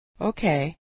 Okay